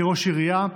כראש עירייה.